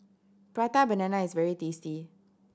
Prata Banana is very tasty